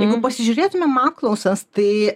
jeigu pasižiūrėtumėm apklausas tai